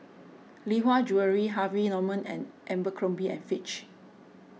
Lee Hwa Jewellery Harvey Norman and Abercrombie and Fitch